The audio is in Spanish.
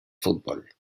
fútbol